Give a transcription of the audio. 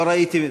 לא ראיתי.